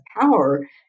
power